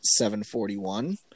741